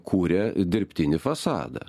kūrė dirbtinį fasadą